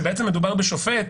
שבעצם מדובר בשופט,